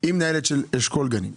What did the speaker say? היא מנהלת של אשכול גנים.